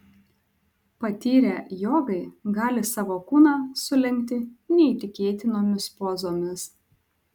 patyrę jogai gali savo kūną sulenkti neįtikėtinomis pozomis